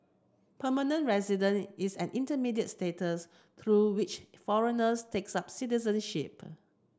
permanent resident is an intermediate status through which foreigners takes up citizenship